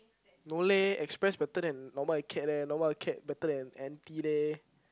no leh express better than normal acad leh normal acad better than N_P leh